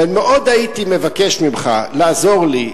ומאוד הייתי מבקש ממך לעזור לי.